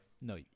No